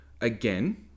again